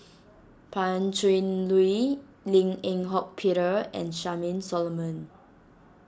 Pan Cheng Lui Lim Eng Hock Peter and Charmaine Solomon